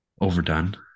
overdone